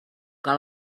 que